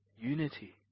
unity